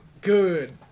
Good